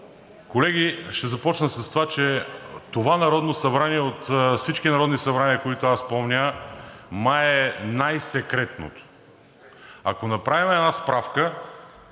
Колеги, ще започна с това, че това Народно събрание от всички народни събрания, които аз помня, май е най-секретното. Ако направим една справка,